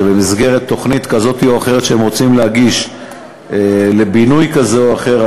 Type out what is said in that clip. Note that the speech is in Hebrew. שבמסגרת תוכנית כזאת או אחרת שהם רוצים להגיש לבינוי כזה או אחר,